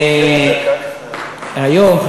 היום,